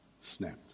snapped